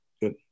Good